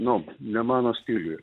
nu ne mano stiliuje